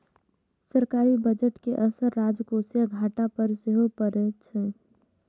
सरकारी बजट के असर राजकोषीय घाटा पर सेहो पड़ैत छैक